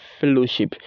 fellowship